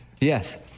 Yes